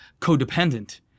codependent